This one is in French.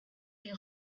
est